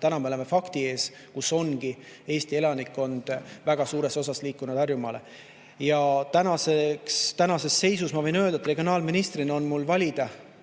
Täna me oleme fakti ees, et Eesti elanikkond on väga suures osas liikunud Harjumaale. Ja praeguses seisus ma võin öelda, et regionaalministrina on mul valida,